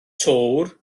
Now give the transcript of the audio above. töwr